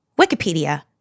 Wikipedia